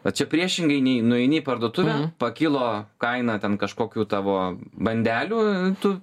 o čia priešingai nei nueini į parduotuvę pakilo kaina ten kažkokių tavo bandelių tu